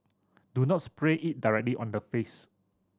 do not spray it directly on the face